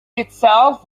itself